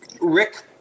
Rick